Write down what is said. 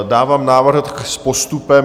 Dávám návrh s postupem.